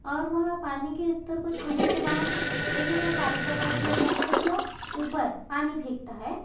और वह पानी के स्तर को छूने के बाद एक उसमें पाइप लगा दिया जाता है जो ऊपर पानी फेंकता है